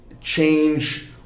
change